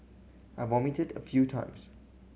I vomited a few times